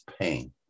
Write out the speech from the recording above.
pain